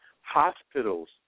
Hospitals